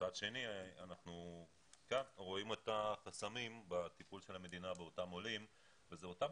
מצד שני אנחנו רואים את החסמים בטיפול של המדינה באותם עולים ואלה אותם